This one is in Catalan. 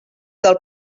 del